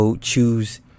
Choose